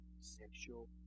sexual